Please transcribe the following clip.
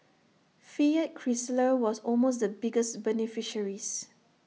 fiat Chrysler was almost the biggest beneficiaries